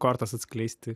kortas atskleisti